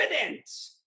evidence